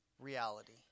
reality